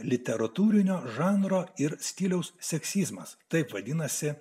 literatūrinio žanro ir stiliaus seksizmas taip vadinasi